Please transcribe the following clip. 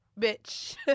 bitch